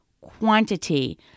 quantity